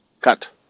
cut